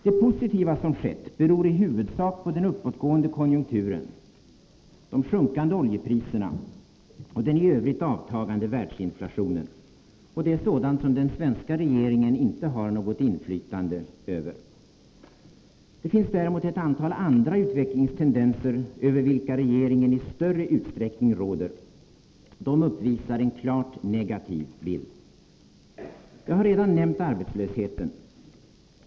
Det positiva som skett beror i huvudsak på den uppåtgående konjunkturen, de sjunkande oljepriserna och den i övrigt avtagande världsinflationen. Det är sådant som den svenska regeringen inte har något inflytande över. Det finns däremot ett antal utvecklingstendenser över vilka regeringen i större utsträckning råder. Dessa uppvisar en klart negativ bild. Jag har redan nämnt arbetslösheten.